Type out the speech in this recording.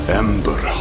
ember